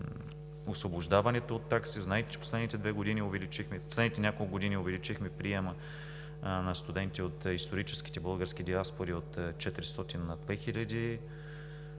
освобождаването от такси. Знаете, че последните няколко години увеличихме приема на студенти от историческите български диаспори от 400 на 2000 бройки.